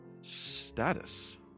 status